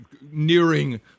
nearing